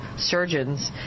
surgeons